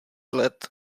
let